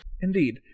Indeed